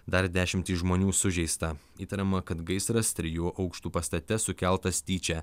dar dešimtys žmonių sužeista įtariama kad gaisras trijų aukštų pastate sukeltas tyčia